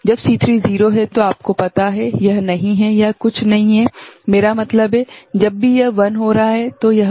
जब C3 0 है तो आपको पता है यह नहीं है यह कुछ नहीं है मेरा मतलब है जब भी यह 1 हो रहा है तो यह 1 है